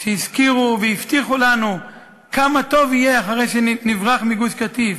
שהזכירו והבטיחו לנו כמה טוב יהיה אחרי שנברח מגוש-קטיף,